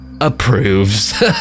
approves